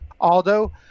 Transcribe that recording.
Aldo